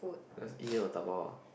just eat here or dabao ah